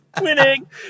winning